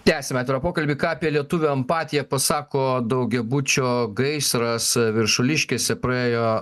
tęsiame pokalbį ką apie lietuvių empatiją pasako daugiabučio gaisras viršuliškėse praėjo